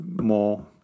more